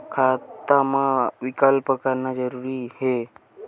खाता मा विकल्प करना जरूरी है?